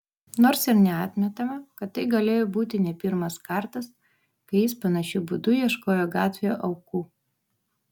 nors ir neatmetama kad tai galėjo būti ne pirmas kartas kai jis panašiu būdu ieškojo gatvėje aukų